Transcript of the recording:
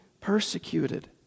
persecuted